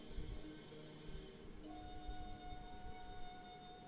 पानी के जहवा गिरावल जाला वहवॉ ही बह जाला